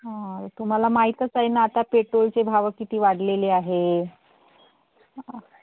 हां तुम्हाला माहीतच आहे ना आता पेट्रोलचे भाव किती वाढलेले आहे